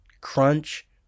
Crunch